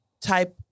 type